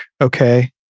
okay